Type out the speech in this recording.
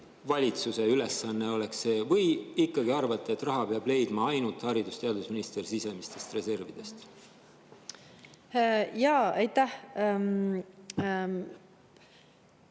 valitsuse ülesanne, või te ikkagi arvate, et raha peab leidma ainult haridus‑ ja teadusminister sisemistest reservidest? Aitäh,